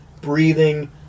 breathing